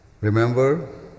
Remember